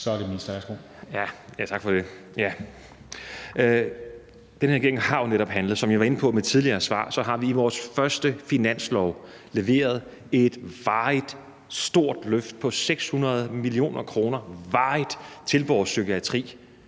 Sundhedsministeren (Magnus Heunicke): Tak for det. Den her regering har jo netop handlet. Som jeg var inde på i mit tidligere svar, har vi i vores første finanslov leveret et varigt, stort løft på 600 mio. kr. til vores psykiatri